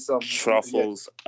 Truffles